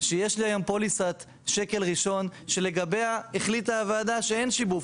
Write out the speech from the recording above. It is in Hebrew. שיש לי היום פוליסת שקל ראשון שלגביה החליטה הוועדה שאין שיבוב,